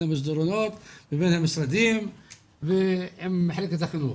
המסדרונות ובין המשרדים ובמחלקת החינוך.